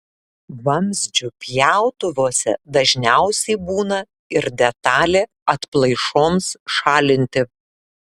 vamzdžių pjautuvuose dažniausiai būna ir detalė atplaišoms šalinti